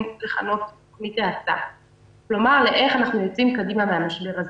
לכנות --- כלומר איך אנחנו יוצאים קדימה מן המשבר הזה.